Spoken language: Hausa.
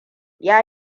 ya